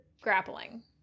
grappling